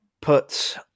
put